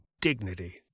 dignity